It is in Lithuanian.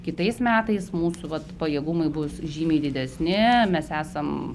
kitais metais mūsų vat pajėgumai bus žymiai didesni mes esam